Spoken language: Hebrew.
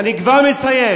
אני כבר מסיים.